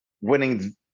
winning